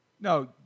No